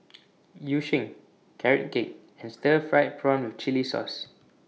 Yu Sheng Carrot Cake and Stir Fried Prawn with Chili Sauce